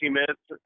minutes